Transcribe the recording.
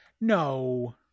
No